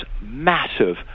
massive